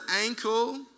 ankle